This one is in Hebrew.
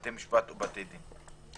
בתי משפט ובתי דין.